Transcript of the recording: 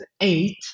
eight